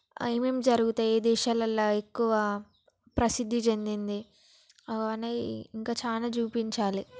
ఏమిమి జరుగుతాయి ఏ దేశాలలో ఎక్కువ ప్రసిద్ధి చెందింది అని ఇంకా చాలా చూపించాలి